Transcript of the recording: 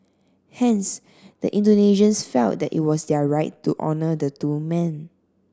hence the Indonesians felt that it was their right to honour the two men